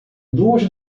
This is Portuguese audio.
duas